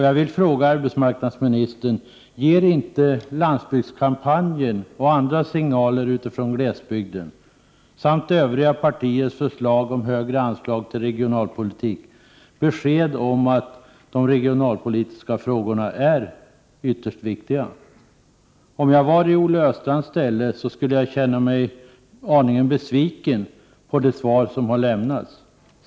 Jag vill fråga arbetsmarknadsministern: Ger inte landsbygdskampanjen och andra signaler från glesbygden samt övriga partiers förslag om högre anslag till regionalpolitiken besked om att de regionalpolitiska frågorna är ytterst viktiga? Om jag var i Olle Östrands ställe skulle jag känna mig en aning besviken på det svar som har lämnats.